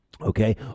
okay